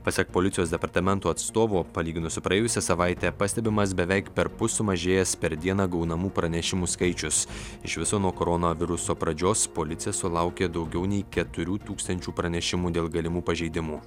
pasak policijos departamento atstovo palyginus su praėjusia savaite pastebimas beveik perpus sumažėjęs per dieną gaunamų pranešimų skaičius iš viso nuo koronaviruso pradžios policija sulaukė daugiau nei keturių tūkstančių pranešimų dėl galimų pažeidimų